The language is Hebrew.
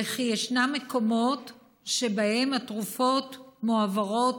וכי ישנם מקומות שבהם התרופות מועברות